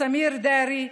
סמיר דארי,